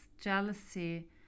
jealousy